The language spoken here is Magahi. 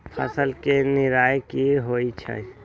फसल के निराया की होइ छई?